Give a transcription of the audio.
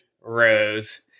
Rose